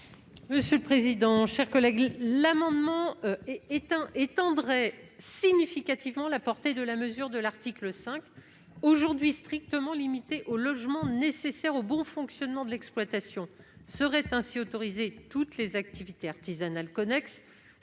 commission ? L'adoption de cet amendement étendrait significativement la portée de l'article 5, aujourd'hui strictement limité au logement nécessaire au bon fonctionnement de l'exploitation. Seraient ainsi autorisées toutes les activités artisanales connexes,